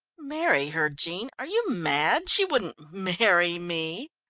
marry her, jean are you mad? she wouldn't marry me.